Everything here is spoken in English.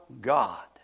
God